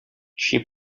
she